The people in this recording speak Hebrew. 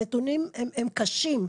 הנתונים הם קשים.